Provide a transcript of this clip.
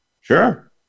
Sure